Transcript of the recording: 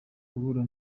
guhura